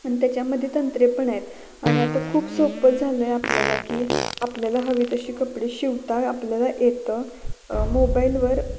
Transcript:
आणि त्याच्यामध्ये तंत्रे पण आहेत आणि आता खूप सोप्पं झालं आहे आपल्याला की आपल्याला हवी तशी कपडे शिवता आपल्याला येतं मोबाईलवर